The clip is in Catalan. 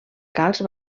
calç